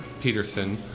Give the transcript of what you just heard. Peterson